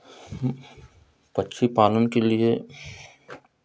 पक्षी पालन के लिए